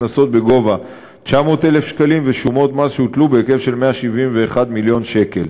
קנסות בגובה 900,000 שקלים ושומות מס שהוטלו בהיקף של 171 מיליון שקל.